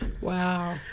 Wow